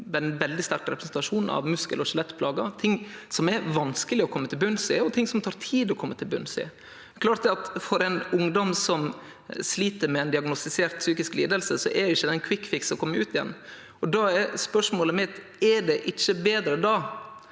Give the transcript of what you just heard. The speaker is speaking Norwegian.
ein veldig sterk representasjon av muskel- og skjelettplager, ting som er vanskeleg å kome til botns i, og ting som tar tid å kome til botns i. For ein ungdom som slit med ei diagnostisert psykisk liding, er det ikkje ein kvikkfiks å kome ut igjen. Då er spørsmålet mitt: Er det ikkje då betre at